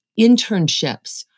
internships